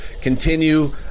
continue